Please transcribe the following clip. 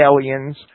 aliens